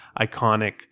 iconic